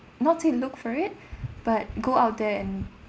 not say look for it but go out there and